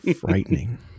Frightening